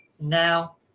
now